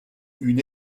une